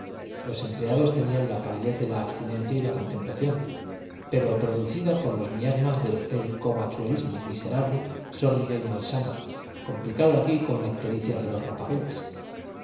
los empleados tenían la palidez de la abstinencia y la contemplación pero producida por los miasmas del covachuelismo miserable sórdido y malsano complicado aquí con la ictericia de los